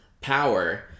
power